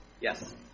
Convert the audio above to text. Yes